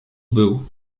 był